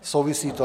Souvisí to.